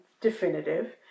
definitive